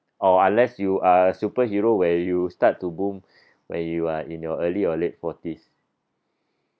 or unless you are a superhero where you start to boom when you are in your early or late forties